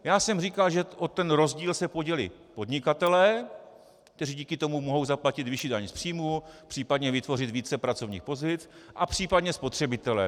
Já jsem říkal, že o ten rozdíl se podělí podnikatelé, kteří díky tomu mohou zaplatit vyšší daň z příjmů, případně vytvořit více pracovních pozic, a případně spotřebitelé.